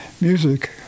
music